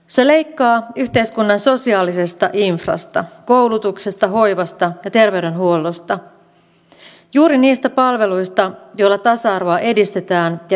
se leikkaa yhteiskunnan sosiaalisesta infrasta koulutuksesta hoivasta ja terveydenhuollosta juuri niistä palveluista joilla tasa arvoa edistetään ja ylläpidetään